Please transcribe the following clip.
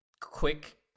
Quick